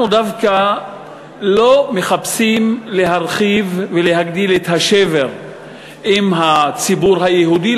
אנחנו דווקא לא מחפשים להרחיב ולהגדיל את השבר עם הציבור היהודי.